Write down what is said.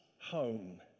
home